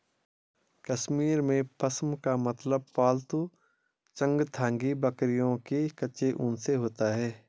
कश्मीर में, पश्म का मतलब पालतू चंगथांगी बकरियों के कच्चे ऊन से होता है